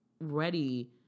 ready